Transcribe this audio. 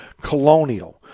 Colonial